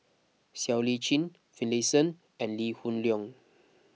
Siow Lee Chin Finlayson and Lee Hoon Leong